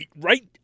right